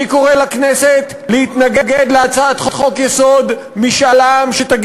אני קורא לכנסת להתנגד להצעת חוק-יסוד: משאל עם שהיום